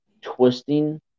twisting